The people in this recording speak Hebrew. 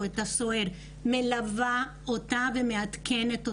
מלווה אותה ומעדכנת אותה,